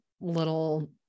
little